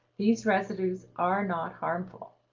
these residues are not harmful.